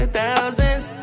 thousands